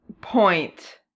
point